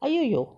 !aiyo! yo